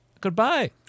goodbye